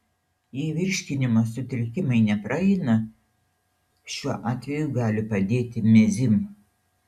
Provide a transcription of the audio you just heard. jei virškinimo sutrikimai nepraeina šiuo atveju gali padėti mezym